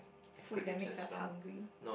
food that makes us hungry